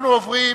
אנחנו עוברים